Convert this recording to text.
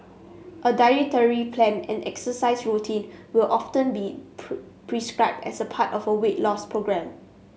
a dietary plan and exercise routine will often be put prescribed as a part of a weight loss programme